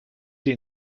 sie